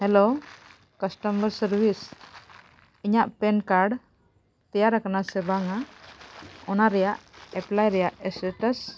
hello customer service ᱤᱧᱟᱜ PAN card ᱛᱮᱭᱟᱨ ᱟᱠᱟᱱᱟ ᱥᱮ ᱵᱟᱝᱟ ᱚᱱᱟ ᱨᱮᱱᱟᱜ ᱮᱯᱞᱟᱭ ᱨᱮᱱᱟᱜ ᱥᱴᱮᱴᱟᱥ